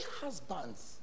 husbands